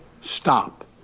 stop